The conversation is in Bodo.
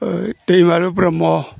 दैमालु ब्रह्म